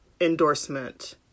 endorsement